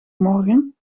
morgen